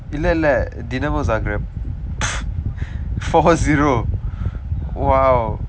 இல்லை இல்லை:illai illai four zero !wow!